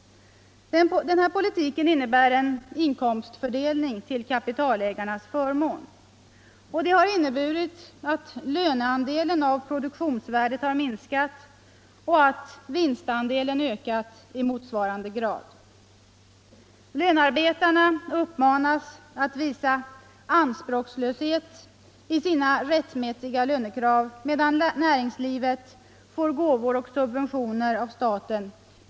Denna politik innebär en inkomstomfördelning till kapitalägarnas förmån. Den har inneburit att löneandelen av produktionsvärdet har minskat och att vinstandelen ökat i motsvarande grad. Lönearbetarna uppmanas att visa anspråkslöshet i sina rättmätiga lönekrav, medan näringslivet får mer eller mindre förtäckta gåvor och subventioner av staten.